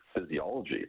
physiology